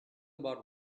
about